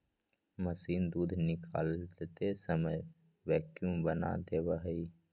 machine दूध निकालते समय वैक्यूम बना देवा हई